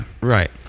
Right